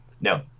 No